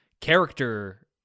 character